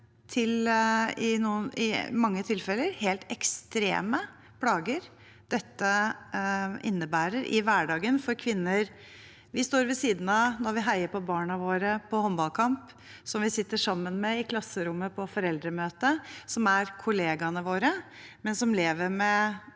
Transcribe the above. i mange tilfeller hvilke helt ekstreme plager dette innebærer i hverdagen for kvinner – kvinner som vi står ved siden av når vi heier på barna våre på håndballkamp, som vi sitter sammen med i klasserommet på foreldremøte, som er kollegaene våre, men som lever med